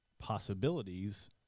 possibilities